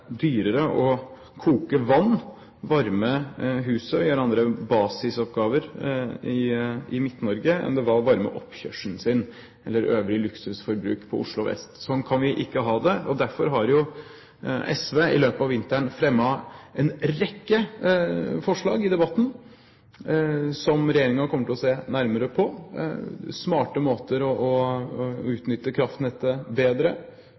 dyrere å koke vann, varme opp huset og gjøre andre basisoppgaver i Midt-Norge enn det var å varme opp oppkjørselen eller øvrig luksusforbruk i Oslo vest. Sånn kan vi ikke ha det, og derfor har jo SV i løpet av vinteren i debatten fremmet en rekke forslag, som regjeringen kommer til å se nærmere på, smarte måter å utnytte kraftnettet bedre